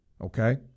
okay